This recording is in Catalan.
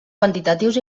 quantitatius